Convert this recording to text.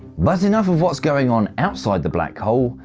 but enough of what's going on outside the black hole,